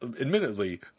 admittedly